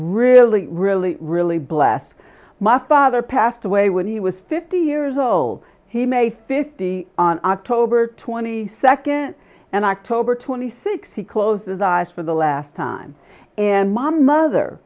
really really really blessed my father passed away when he was fifty years old he may fifty on october twenty second and act over twenty six he closed his eyes the last time and mom mother